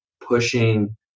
pushing